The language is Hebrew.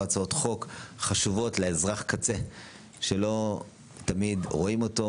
הצעות חוק חשובות לאזרח קצה שלא תמיד רואים אותו,